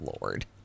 Lord